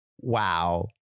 Wow